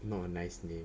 not a nice name